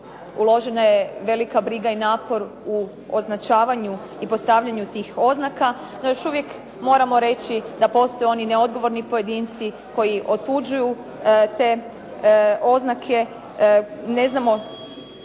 Uložena je velika briga i napor u označavanju i postavljanju tih oznaka. No još uvijek moramo reći da postoje oni neodgovorni pojedinci koji otuđuju te oznake,